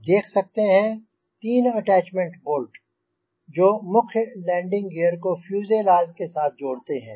आप देख सकते हैं तीन अटैच्मेंट बोल्ट जो मुख्य लैंडिंग ग़ीयर को फ़्यूज़ेलाज़ के साथ जोड़ते हैं